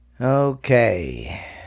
Okay